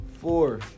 four